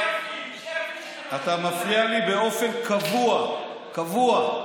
שפים, שפים, אתה מפריע לי באופן קבוע, קבוע.